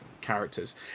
characters